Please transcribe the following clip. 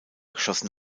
geschossen